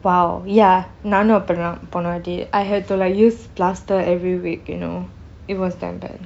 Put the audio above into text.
!wow! ya நானும் அப்படித்தான் போன வாட்டி:naanum appadithaan ponna vatti I had to like use plaster every week you know it was damn bad